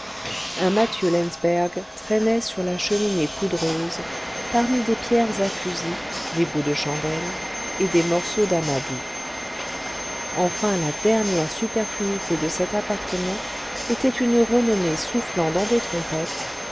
un mathieu laensberg traînait sur la cheminée poudreuse parmi des pierres à fusil des bouts de chandelle et des morceaux d'amadou enfin la dernière superfluité de cet appartement était une renommée soufflant dans des trompettes